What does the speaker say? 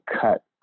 cut